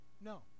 no